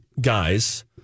guys